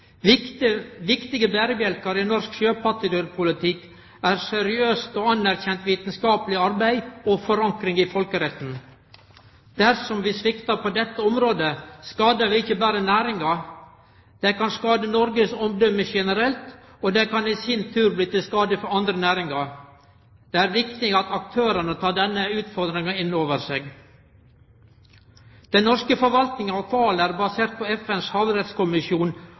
viktig å sikre biologisk mangfald på lang sikt, samtidig som ein haustar kontrollert av berekraftige bestandar. Det er nettopp denne viktige balansegangen Regjeringa legg opp til i meldinga. Viktige berebjelkar i norsk sjøpattedyrpolitikk er seriøst og anerkjent vitskapleg arbeid og forankring i folkeretten. Dersom vi sviktar på dette området, skader vi ikkje berre næringa, det kan skade Noregs omdømme reint generelt – og det kan i sin tur bli til skade for andre næringar. Det